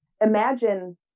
imagine